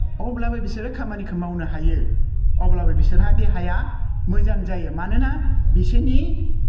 अब्लाबो बिसोरो खामानिखौ मावनो हायो अब्लाबो बिसोरहा देहाया मोजां जायो मानोना बिसोरनि